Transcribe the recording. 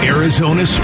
Arizona